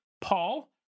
Paul